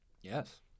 Yes